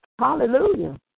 Hallelujah